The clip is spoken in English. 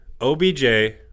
OBJ